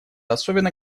особенно